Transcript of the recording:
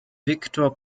victor